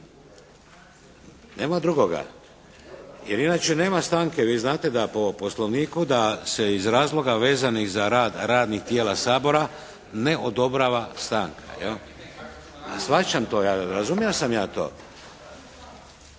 nema drugoga. Jer inače nema stanke. Vi znate da po poslovniku da se iz razloga vezanih za rad radnih tijela Sabora ne odobrava stanka. … /Upadica se ne